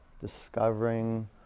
Discovering